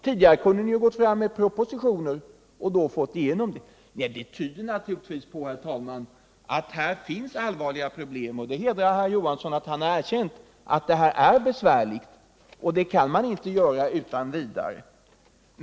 Tidigare kunde ni ju ha gått fram med en proposition och då fått igenom förslaget. Det tyder naturligtvis på, herr talman, att här finns allvarliga problem, och det hedrar herr Johansson att han har erkänt att det här är besvärligt och att beslut inte kan fattas utan vidare.